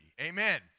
Amen